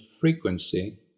frequency